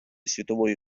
світової